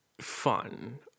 fun